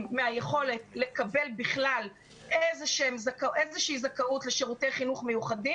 מהיכולת לקבל בכלל איזושהי זכאות לשירותי חינוך מיוחד,